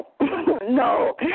no